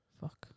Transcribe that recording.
Fuck